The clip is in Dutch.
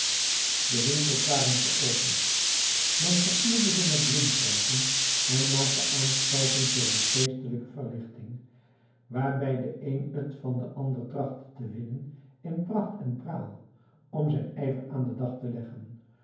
de winkels waren geopend men versierde ze met bloemkransen en maakte aanstalten voor een feestelijke verlichting waarbij de een het van den ander trachtte te winnen in pracht en praal om zijn ijver aan den dag te leggen